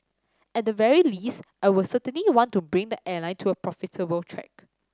at the very least I will certainly want to bring the airline to a profitable track